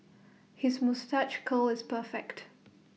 his moustache curl is perfect